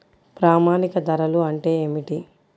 ప్రామాణిక ధరలు అంటే ఏమిటీ?